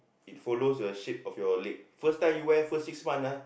it follows your shape of your leg first time you wear first six month ah